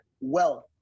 wealth